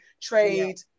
trade